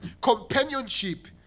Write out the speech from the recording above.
companionship